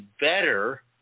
better